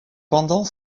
pendant